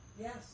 Yes